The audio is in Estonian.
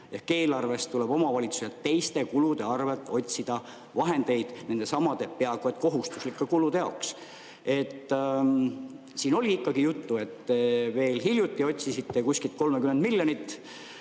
eelarvest tuleb omavalitsustel teiste kulude arvelt otsida vahendeid nendesamade peaaegu et kohustuslike kulude jaoks. Siin oli juttu, et te veel hiljuti otsisite kuskilt 30 miljonit,